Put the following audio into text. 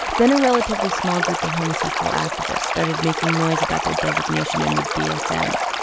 then a relatively small group of homosexual activists started making noise about their designation in the dsm.